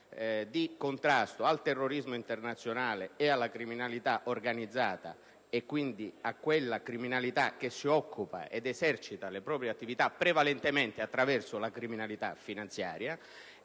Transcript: di contrasto al terrorismo internazionale e alla criminalità organizzata, e quindi a quella criminalità che si occupa ed esercita le proprie attività prevalentemente attraverso la criminalità finanziaria.